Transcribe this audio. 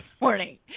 morning